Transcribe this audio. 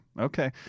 Okay